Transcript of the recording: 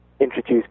introduce